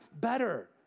better